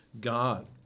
God